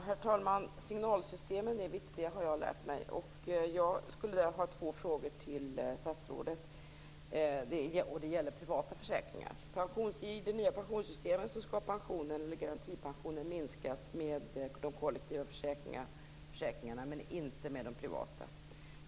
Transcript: Herr talman! Signalsystemen är viktiga; det har jag lärt mig. Jag har därför två frågor till statsrådet. Det gäller då privata försäkringar. Enligt det nya pensionssystemet skall garantipensionen minskas när det gäller de kollektiva försäkringarna, men inte när det gäller de privata.